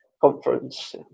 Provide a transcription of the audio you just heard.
conference